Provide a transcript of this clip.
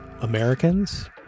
americans